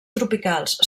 tropicals